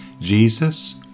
Jesus